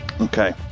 okay